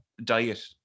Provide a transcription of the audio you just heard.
Diet